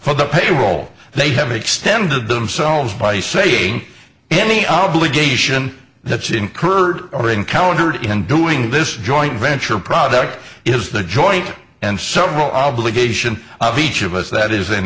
for the payroll they have extended themselves by saying any obligation that she incurred or encountered in doing this joint venture product is the joint and several obligation of each of us that is